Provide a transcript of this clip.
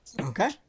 Okay